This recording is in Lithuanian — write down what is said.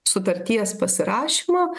sutarties pasirašymo